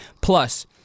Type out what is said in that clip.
plus